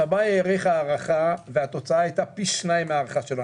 השמאי העריך הערכה והתוצאה הייתה פי 2 מההערכה שלו,